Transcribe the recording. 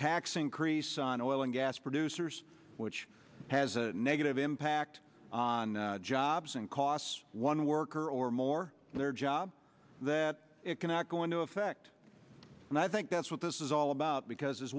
tax increase on oil and gas producers which has a negative impact on jobs and costs one worker or more their job that it cannot go into effect and i think that's what this is all about because